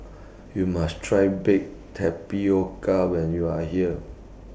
YOU must Try Baked Tapioca when YOU Are here